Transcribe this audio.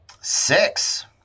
Six